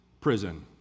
prison